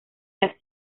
las